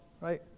right